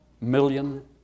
million